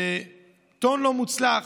בטון לא מוצלח,